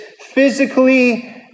physically